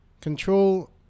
control